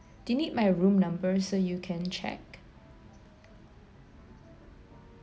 do you need my room number so you can check